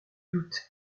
doute